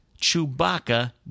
Chewbacca